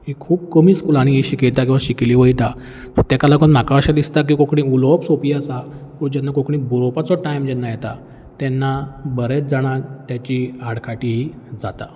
हीं खूब कमी स्कुलांनी ही शिकयता किंवा शिकयली वयता तेका लागोन म्हाका अशें दिसता की कोंकणी उलोवप सोंपी आसा पूण जेन्ना कोंकणी बरोपाचो टायम जेन्ना येता तेन्ना बरेच जाणांक तेची आडकाटी जाता